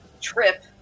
Trip